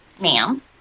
Ma'am